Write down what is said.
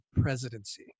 presidency